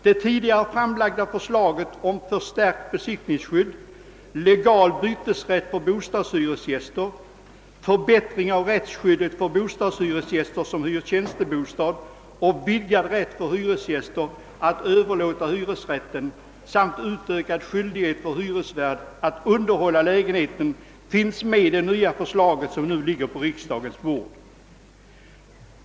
De tidigare framlagda förslagen om förstärkt besittningsskydd, legal bytesrätt för bostadshyresgäster, förbättring av rättsskyddet för bostadshyresgäster som hyr tjänstebostad, vidgad rätt för hyresgäster att överlåta hyresrätten samt utökad skyldighet för hyresvärd att underhålla lägenheten finns med i det nya förslag, som nu ligger på riksdagens bord.